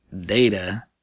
data